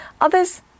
others